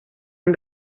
han